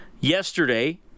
yesterday